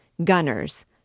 Gunners